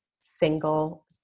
single